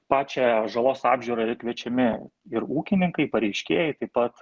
pačią žalos apžiūrą kviečiami ir ūkininkai pareiškėjai taip pat